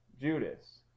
Judas